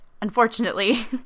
unfortunately